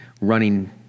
running